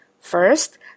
First